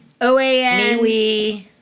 OAN